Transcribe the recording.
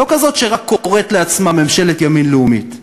לא כזאת שרק קוראת לעצמה ממשלת ימין לאומית,